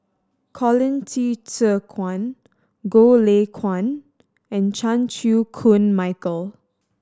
Colin Qi Zhe Kuan Goh Lay Kuan and Chan Chew Koon Michael